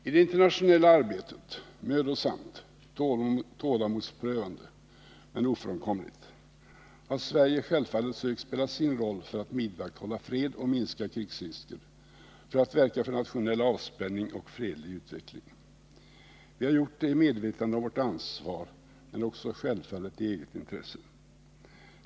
I det internationella arbetet, mödosamt, tålamodsprövande men ofrånkomligt, har Sverige självfallet sökt spela sin roll för att vidmakthålla fred och minska krigsrisken, för att verka för nationell avspänning och fredlig utveckling. Vi har gjort det i medvetande om vårt ansvar men också självfallet i eget intresse.